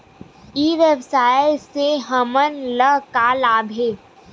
ई व्यवसाय से हमन ला का लाभ हे?